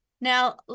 Now